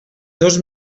dos